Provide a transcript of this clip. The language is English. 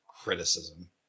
criticism